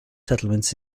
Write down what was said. settlements